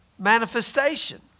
Manifestation